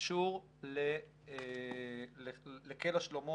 קשור ל'קלע שלמה'